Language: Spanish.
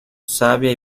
sabia